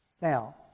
Now